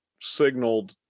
signaled